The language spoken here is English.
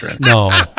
No